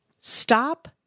stop